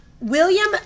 william